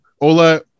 Ola